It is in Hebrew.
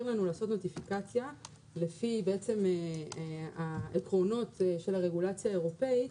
לנו לעשות נוטיפיקציה לפי בעצם העקרונות של הרגולציה האירופית.